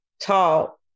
talk